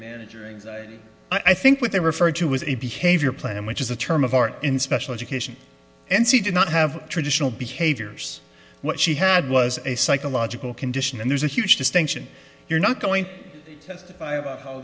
manage your anxiety i think what they referred to was a behavior plan which is a term of art in special education and she did not have traditional behaviors what she had was a psychological condition and there's a huge distinction you're not going to testify about how